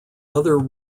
other